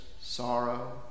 sorrow